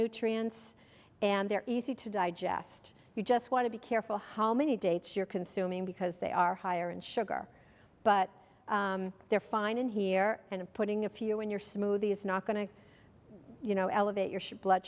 nutrients and they're easy to digest you just want to be careful how many dates you're consuming because they are higher in sugar but they're fine in here and putting a few in your smoothie is not going to you know elevate your